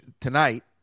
tonight